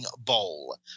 bowl